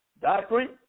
doctrine